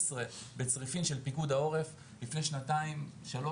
בצריפין של פיקוד העורף לפני שנתיים-שלוש,